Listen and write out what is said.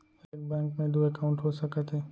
एक बैंक में दू एकाउंट हो सकत हे?